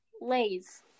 Lays